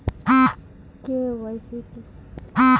KYC কী?